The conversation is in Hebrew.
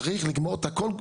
צריך לגמור את הכל.